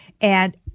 and-